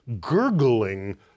gurgling